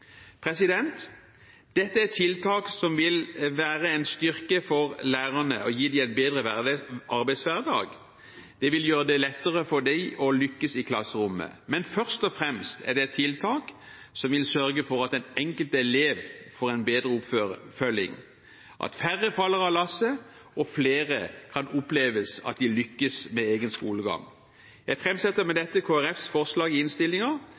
Dette er et tiltak som vil være en styrke for lærerne og gi dem en bedre arbeidshverdag. Det vil gjøre det lettere for dem å lykkes i klasserommet. Men først og fremst er det et tiltak som vil sørge for at den enkelte elev får en bedre oppfølging, at færre faller av lasset, og at flere kan oppleve at de lykkes med egen skolegang. Jeg framsetter med dette Kristelig Folkepartis forslag i